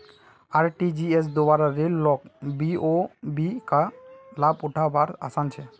IRCTC द्वारा rail लोक BOB का लाभ उठा वार आसान छे